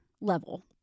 level